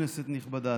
כנסת נכבדה,